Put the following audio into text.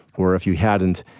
where if you hadn't,